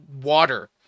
water